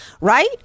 right